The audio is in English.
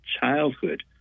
childhood